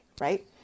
right